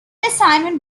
assignment